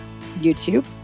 YouTube